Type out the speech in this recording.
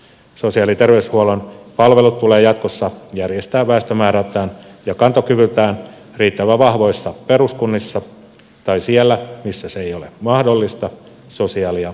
sosiaali ja terveyshuollon palvelut tulee jatkossa järjestää väestömäärältään ja kantokyvyltään riittävän vahvoissa peruskunnissa tai siellä missä se ei ole mahdollista sosiaali ja terveysalueilla